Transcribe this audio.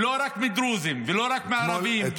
לא רק מדרוזים ולא רק מערבים, מכל האוכלוסייה.